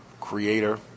Creator